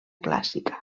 clàssica